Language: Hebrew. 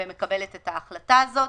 ומקבלת את ההחלטה הזאת.